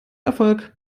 erfolg